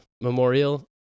Memorial